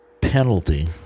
penalty